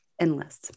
endless